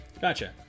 Gotcha